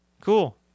Cool